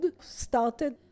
started